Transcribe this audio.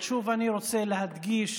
שוב אני רוצה להדגיש